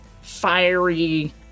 fiery